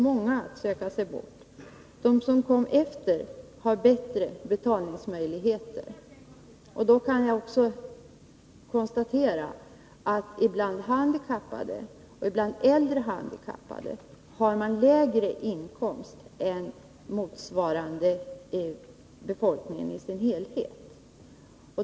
många att söka sig bort. De som kommit efter har bättre betalningsmöjlig Jag vill också konstatera att handikappade och särskilt äldre handikappade har lägre inkomster än motsvarande grupper i befolkningen i dess helhet.